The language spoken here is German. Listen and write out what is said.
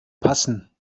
passen